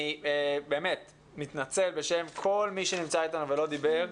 אני מתנצל בשם כל מי שנמצא איתנו ולא דיבר,